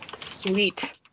Sweet